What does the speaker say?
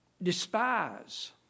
despise